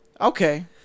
Okay